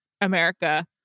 America